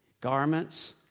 garments